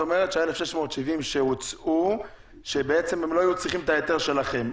את אומרת שאותן 1,670 שהוצאו לא היו צריכות את ההיתר שלכם,